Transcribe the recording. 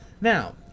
Now